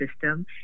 system